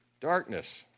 Darkness